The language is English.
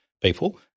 people